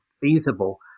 feasible